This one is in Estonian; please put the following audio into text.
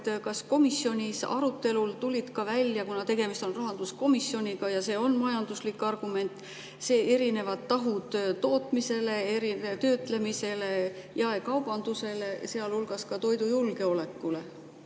kas komisjonis arutelul tulid ka välja – kuna tegemist on rahanduskomisjoniga ja see on majanduslik argument – erinevad tahud, [kuidas see mõjub] tootmisele, töötlemisele, jaekaubandusele, sealhulgas toidujulgeolekule.